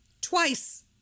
Twice